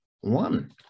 one